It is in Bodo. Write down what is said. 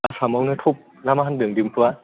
आसामावनो ट'प ना मा होन्दों दिम्पुआ